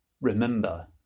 remember